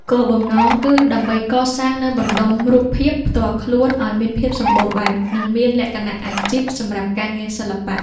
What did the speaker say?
គោលបំណងគឺដើម្បីកសាងនូវបណ្ដុំរូបភាព ផ្ទាល់ខ្លួនឱ្យមានភាពសម្បូរបែប និងមានលក្ខណៈអាជីពសម្រាប់ការងារសិល្បៈ។